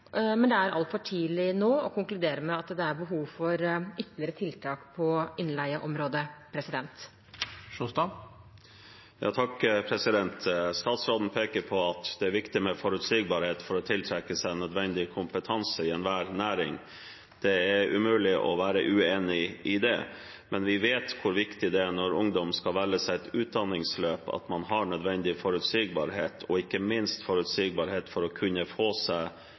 Men det er altfor tidlig nå å konkludere med at det er behov for ytterligere tiltak på innleieområdet. Statsråden peker på at det er viktig med forutsigbarhet for å tiltrekke seg nødvendig kompetanse i enhver næring. Det er umulig å være uenig i det. Men vi vet hvor viktig det er når ungdom skal velge seg et utdanningsløp, at man har nødvendig forutsigbarhet, og ikke minst forutsigbarhet for å kunne få seg